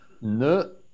ne